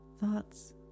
Thoughts